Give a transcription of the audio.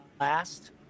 last